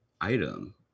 item